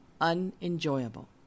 unenjoyable